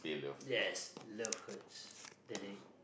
yes love hurts